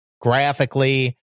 graphically